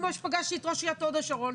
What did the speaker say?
כמו שפגשתי את ראש עיריית הוד השרון,